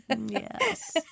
Yes